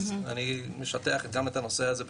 אז אני שוטח גם את הנושא הזה בפנייך.